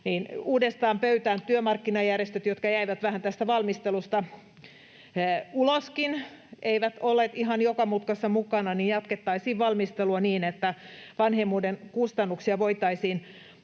Uudestaan pöytään, työmarkkinajärjestöt, jotka jäivät tästä valmistelusta vähän uloskin, eivät olleet ihan joka mutkassa mukana, ja jatkettaisiin valmistelua niin, että vanhemmuuden kustannuksia voitaisiin tasata.